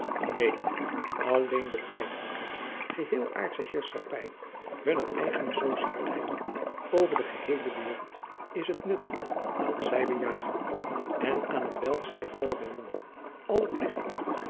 neen alleen de tijdelijke geheel aardsche heerschappij hunner eigene societeit over de geheele waereld is het nut dat zij bejagen en aan t welk zij alle belangen alle plichten